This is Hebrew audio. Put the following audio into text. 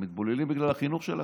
הם מתבוללים בגלל החינוך שלכם,